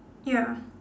ya